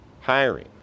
hiring